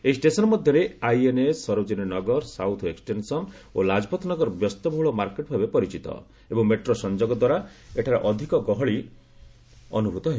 ଏହି ଷ୍ଟେସନ୍ ମଧ୍ୟରେ INA Sarojini Nagar south extension ଓ ଲାଜପତନଗର ବ୍ୟସ୍ତ ବହୁଳ ମାର୍କେଟ୍ ଭାବେ ପରିଚିତ ଏବଂ ମେଟ୍ରୋ ସଂଯୋଗ ଦ୍ୱାରା ଏଠାରେ ଅଧିକ ଗହଳି ଅନୁଭୂତ ହେବ